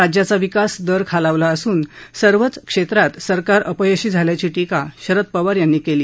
राज्याचा विकास दर खालावला असून सर्वच क्षेत्रात सरकार अपयशी झाल्याची टीका शरद पवार यांनी केली